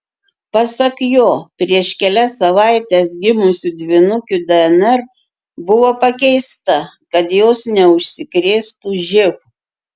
pasak jo prieš kelias savaites gimusių dvynukių dnr buvo pakeista kad jos neužsikrėstų živ